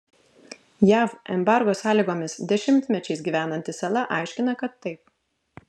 jav embargo sąlygomis dešimtmečiais gyvenanti sala aiškina kad taip